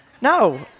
no